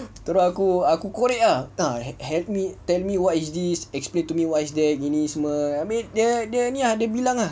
terus aku aku korek ah help me tell me what is this explain to me what is that gini semua abeh dia dia bilang ah